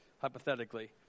hypothetically